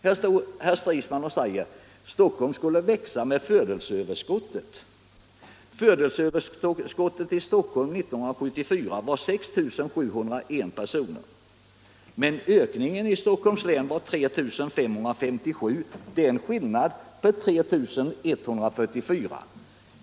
Herr Stridsman sade att Stockholm skulle växa med födelseöverskott. Födelseöverskottet 1974 var 6 701 personer, men befolkningsökningen var 3 557. Det är en skillnad på 3 144.